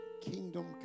kingdom